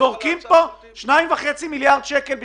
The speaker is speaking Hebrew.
בקושי 4,000 שקל בממוצע.